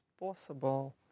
possible